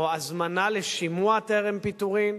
או הזמנה לשימוע טרם פיטורים,